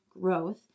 growth